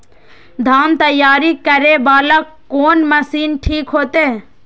धान तैयारी करे वाला कोन मशीन ठीक होते?